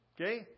Okay